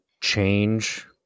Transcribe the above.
change